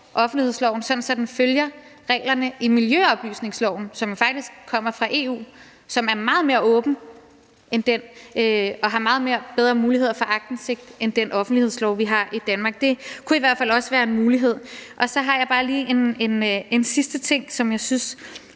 offentlighedsloven, sådan at den følger reglerne i miljøoplysningsloven, som faktisk kommer fra EU, og som er meget mere åben og giver meget bedre muligheder for aktindsigt end den offentlighedslov, vi har i Danmark. Det kunne i hvert fald også være en mulighed. Så har jeg bare lige en sidste ting, som jeg synes